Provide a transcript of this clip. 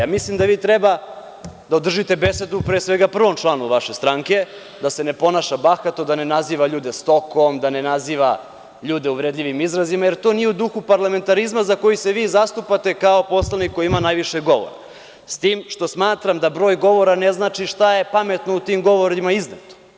Ja mislim da vi treba da održite besedu pre svega prvom članu vaše stranke, da se ne ponaša bahato, da ne naziva ljude stokom, da ne naziva ljude uvredljivim izrazima, jer to nije u duhu parlamentarizma, za koji se vi zalažete kao poslanik koji ima najviše govora, s tim što smatram da broj govora ne znači šta je pametno u tim govorima izneto.